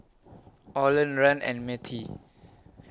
Orland Rand and Mettie